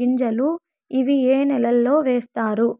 గింజలు ఇవి ఏ నెలలో వేస్తారు?